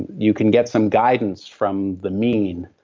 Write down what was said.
you can get some guidance from the mean,